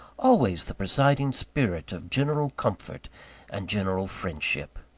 always the presiding spirit of general comfort and general friendship.